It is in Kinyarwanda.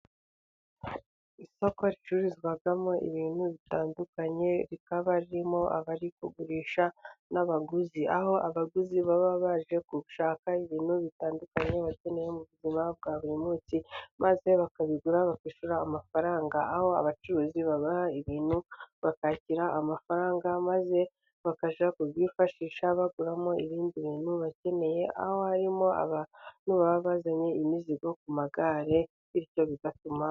Isoko ricururizwamo ibintu bitandukanye rikaba ririmo abari kugurisha n'abaguzi, aho abaguzi baba baje gushaka ibintu bitandukanye bakeneye mu buzima bwa buri munsi maze bakabigura bakishyura amafaranga, aho abacuruzi babaha ibintu bakakira amafaranga maze bakajya kubyifashisha baguramo ibindi bintu bakeneye, aho harimo abantu baba bazanye imizigo ku magare bityo bigatuma....